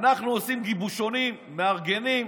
אנחנו עושים גיבושונים, מארגנים,